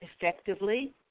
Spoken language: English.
effectively